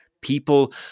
People